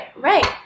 right